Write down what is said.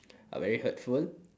are very hurtful